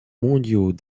mondiaux